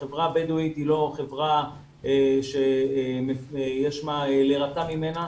החברה הבדואית היא לא חברה שיש להירתע ממנה.